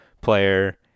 player